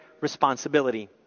responsibility